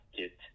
get